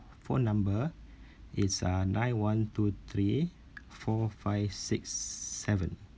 phone number it's uh nine one two three four five six seven